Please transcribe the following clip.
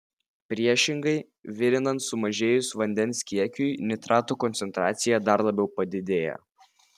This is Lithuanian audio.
priešingai virinant sumažėjus vandens kiekiui nitratų koncentracija dar labiau padidėja